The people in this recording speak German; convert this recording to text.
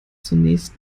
zunächst